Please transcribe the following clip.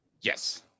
Yes